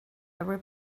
every